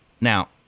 Now